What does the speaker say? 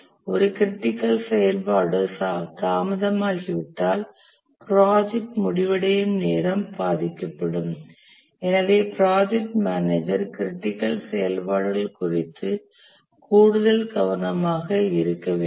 ஒரு க்ரிட்டிக்கல் செயல்பாடு தாமதமாகிவிட்டால் ப்ராஜெக்ட் முடிவடையும் நேரம் பாதிக்கப்படும் எனவே ப்ராஜெக்ட் மேனேஜர் க்ரிட்டிக்கல் செயல்பாடுகள் குறித்து கூடுதல் கவனமாக இருக்க வேண்டும்